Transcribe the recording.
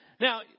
Now